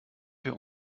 wir